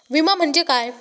विमा म्हणजे काय?